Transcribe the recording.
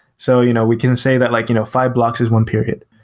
so you know we can say that like you know five blocks is one period,